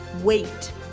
wait